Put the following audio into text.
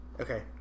Okay